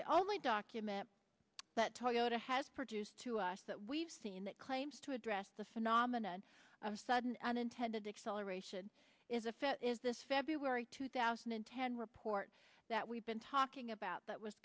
the only document that toyota has produced to us that we've seen that claims to address the phenomena of sudden unintended acceleration is if it is this february two thousand and ten report that we've been talking about that was